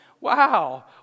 Wow